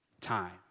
time